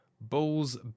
Bulls